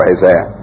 Isaiah